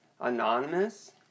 Anonymous